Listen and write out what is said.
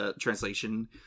translation